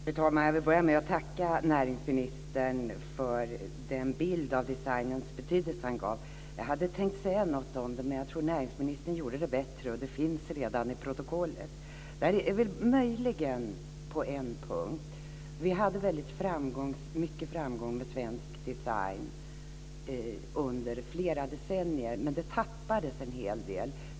Fru talman! Jag vill börja med att tacka näringsministern för den bild av designens betydelse han gav. Jag hade tänkt säga något om det, men jag tror att näringsministern gjorde det bättre. Det finns redan i protokollet. Jag vill möjligen ta upp en punkt. Vi hade väldigt mycket framgång med svensk design under flera decennier, men vi tappade en hel del.